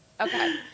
Okay